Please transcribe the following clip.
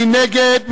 מי נגד?